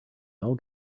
all